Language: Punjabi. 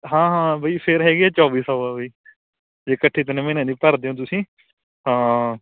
ਹਾਂ ਹਾਂ ਬਾਈ ਫਿਰ ਹੈਗੀ ਆ ਚੌਵੀ ਸੌ ਵਾ ਬਾਈ ਜੇ ਇਕੱਠੇ ਤਿੰਨ ਮਹੀਨਿਆਂ ਦੀ ਭਰਦੇ ਹੋ ਤੁਸੀਂ ਹਾਂ